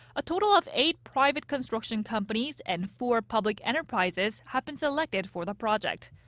a total of eight private construction companies and four public enterprises have been selected for the project.